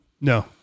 No